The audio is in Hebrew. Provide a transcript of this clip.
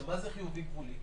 מה זה חיובי גבולי"?